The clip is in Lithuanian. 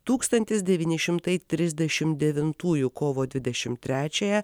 tūkstantis devyni šimtai trisdešimt devintųjų kovo dvidešimt trečiąją